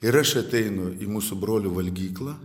ir aš ateinu į mūsų brolių valgyklą